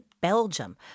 Belgium